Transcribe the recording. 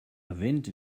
vent